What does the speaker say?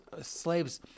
slaves